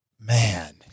man